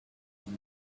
and